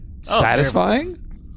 satisfying